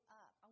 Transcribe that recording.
up